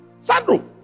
Sandro